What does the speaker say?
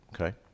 Okay